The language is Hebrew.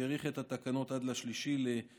שהאריך את התקנות עד ל-3 ביוני.